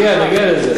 נגיע לזה.